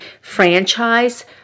franchise